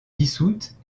dissoute